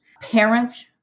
parents